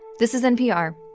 this is npr.